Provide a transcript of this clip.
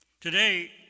Today